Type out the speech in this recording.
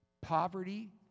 poverty